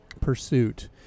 pursuit